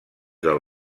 del